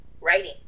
writing